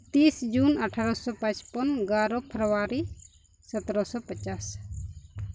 ᱛᱤᱥ ᱡᱩᱱ ᱟᱴᱷᱟᱨᱚᱥᱚ ᱯᱟᱸᱪᱯᱚᱱ ᱮᱜᱟᱨᱚ ᱯᱷᱮᱵᱽᱨᱩᱣᱟᱨᱤ ᱥᱚᱛᱮᱨᱚᱥᱚ ᱯᱚᱧᱪᱟᱥ